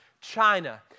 china